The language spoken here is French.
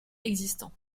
existant